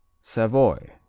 Savoy